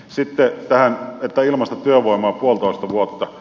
sitten tähän että ilmaista työvoimaa puolitoista vuotta